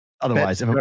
otherwise